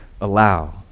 allow